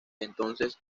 entonces